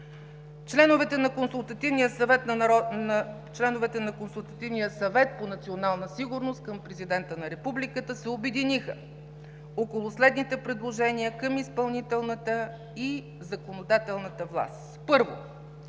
Членовете на Консултативния съвет по национална сигурност към Президента на Републиката се обединиха около следните предложения към изпълнителната и законодателната власт. Първо,